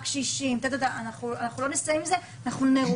הקשישים אנחנו לא נסיים עם זה ונרוקן